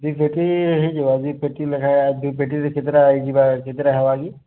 ଦୁଇ ପେଟି ହେଇଯିବା ଦୁଇ ପେଟି ଲେଖା ଦୁଇ ପେଟିରେ କେତେଟା ହୋଇଯିବ କେତେଟା ହେବ କି